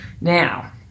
now